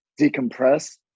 decompress